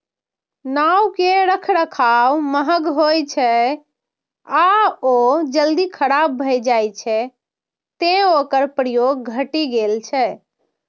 नाव के रखरखाव महग होइ छै आ ओ जल्दी खराब भए जाइ छै, तें ओकर प्रयोग घटि गेल छै